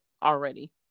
already